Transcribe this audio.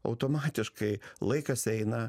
automatiškai laikas eina